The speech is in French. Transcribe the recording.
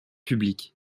public